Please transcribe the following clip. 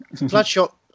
Bloodshot